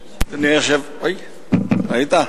היושב-ראש, ראית,